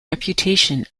reputation